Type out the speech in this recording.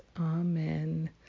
amen